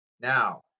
Now